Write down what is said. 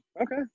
okay